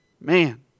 Man